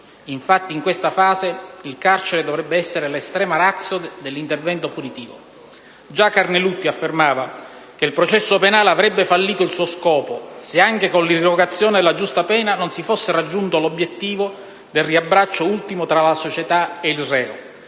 infatti, in questa fase il carcere dovrebbe essere l'*extrema ratio* dell'intervento punitivo. Già Francesco Carnelutti affermava che: «Il processo penale avrebbe fallito il suo scopo se anche con l'irrogazione della giusta pena non si fosse raggiunto l'obiettivo del riabbraccio ultimo tra la società e il reo».